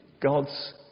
God's